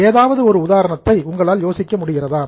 ஏதாவது ஒரு உதாரணத்தை உங்களால் யோசிக்க முடிகிறதா